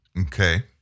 Okay